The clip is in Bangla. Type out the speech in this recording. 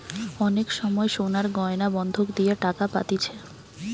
অনেক সময় সোনার গয়না বন্ধক দিয়ে টাকা পাতিছে